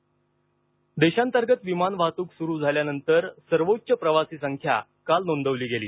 विमानवाहतक देशांतर्गत विमानवाहतूक सुरू झाल्यानंतर सर्वोच्च प्रवासी संख्या काल नोंदवली गेली